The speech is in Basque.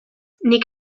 nik